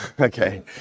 okay